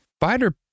fighter